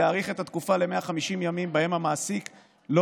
להאריך את התקופה ל-150 ימים שבהם המעסיק לא